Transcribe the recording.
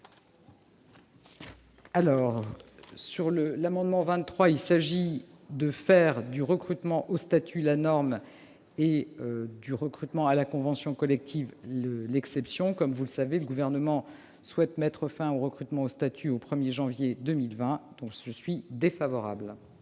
amendement. L'amendement n° 23 a pour objet de faire du recrutement au statut la norme et du recrutement à la convention collective l'exception. Comme vous le savez, le Gouvernement souhaite mettre fin au recrutement au statut au 1 janvier 2020, donc je suis défavorable